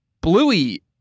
Bluey